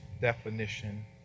definition